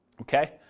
Okay